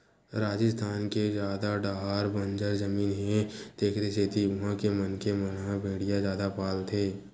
राजिस्थान के जादा डाहर बंजर जमीन हे तेखरे सेती उहां के मनखे मन ह भेड़िया जादा पालथे